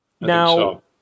Now